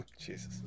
Jesus